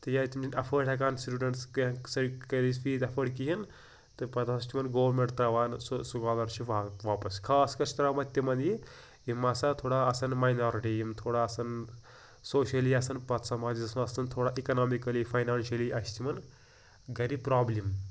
تہٕ یا تِم چھِنہٕ ایٚفٲرڈ ہیٚکان سٹوٗڈنٛٹٕس کیٚنٛہہ سٲرٕے کٔرِتھ فیٖس ایٚفٲرڈ کِہیٖنۍ تہٕ پَتہٕ ہَسا چھِ تِمَن گورمیٚنٛٹ ترٛاوان سُہ سکالرشِپ واپَس خاص کَر چھِ ترٛاوان تِمن یہِ یِم ہَسا تھوڑا آسان ماینوٛارٹی یِم تھوڑا آسان سوشلی آسان پَتھ سماجَس مَنٛز آسان تھوڑا اِکنوٛامِکٔلی فاینانشلی آسہِ تِمَن گھرِ پرٛابلِم